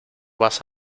vas